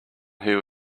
who